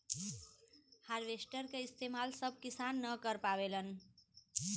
harvester क इस्तेमाल सब किसान न कर पावेलन